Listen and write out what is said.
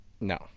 No